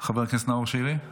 חבר הכנסת נאור שירי,